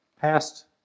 past